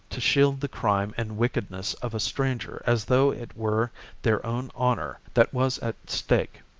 to shield the crime and wickedness of a stranger as though it were their own honour that was at stake.